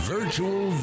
Virtual